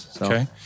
okay